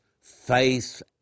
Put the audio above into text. faith